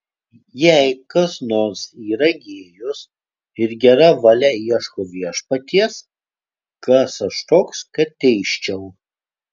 jei kas nors yra gėjus ir gera valia ieško viešpaties kas aš toks kad teisčiau